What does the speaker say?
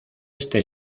este